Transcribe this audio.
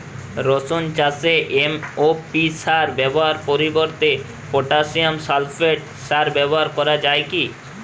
রসুন চাষে এম.ও.পি সার ব্যবহারের পরিবর্তে পটাসিয়াম সালফেট সার ব্যাবহার করা যায় কি?